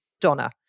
Donna